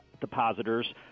depositors